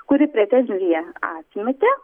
kuri pretenziją atmetė